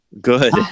Good